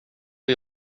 att